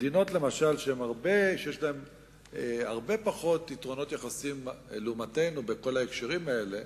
מדינות שיש להם הרבה פחות יתרונות יחסיים לעומתנו בכל ההקשרים האלה,